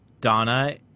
Donna